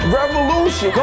revolution